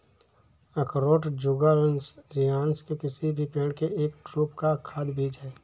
अखरोट Juglans genus के किसी भी पेड़ के एक ड्रूप का खाद्य बीज है